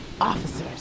officers